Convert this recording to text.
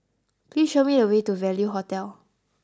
please show me the way to Value Hotel